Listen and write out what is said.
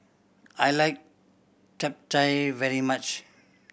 I like Chap Chai very much